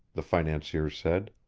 the financier said.